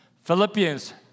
Philippians